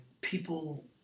people